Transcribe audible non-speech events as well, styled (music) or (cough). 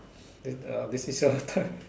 this is your turn (laughs)